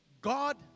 God